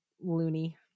loony